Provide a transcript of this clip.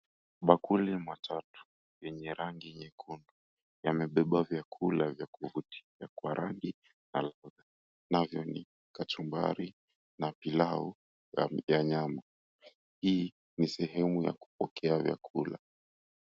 Bakuli matatu yenye rangi nyekundu yamebeba vyakula navyo ni kachumbari na pilau ya nyama hii ni sehemu ya kupokea vyakula.